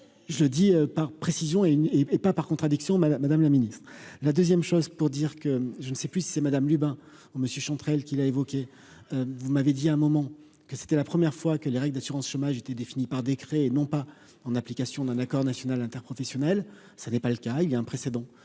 je le dis par précision et une et pas par contradictions Madame Madame la Ministre, la 2ème chose pour dire que je ne sais plus si c'est Madame Lubin en monsieur Chantrel qui l'a évoqué, vous m'avez dit à un moment que c'était la première fois que les règles d'assurance chômage était défini par décret et non pas en application d'un accord national interprofessionnel, ça n'est pas le cas il y a un précédent